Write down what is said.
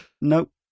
Nope